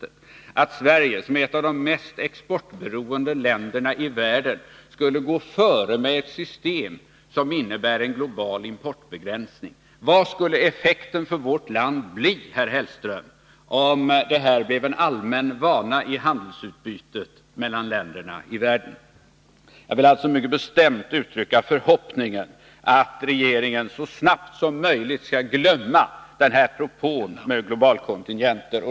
Enligt regeringen skulle alltså Sverige, som är ett av de mest exportberoende länderna i världen, kunna gå före med ett system som innebär en global importbegränsning. Vad skulle effekten för vårt land bli, herr Hellström, om detta blev en allmän vana i handelsutbytet mellan länderna i världen? Jag vill alltså mycket bestämt uttrycka förhoppningen att regeringen så snart som möjligt skall glömma denna propå om globalkontingenter.